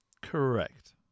Correct